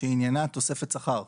שעניינה תוספת שכר.